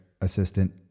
assistant